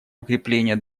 укрепления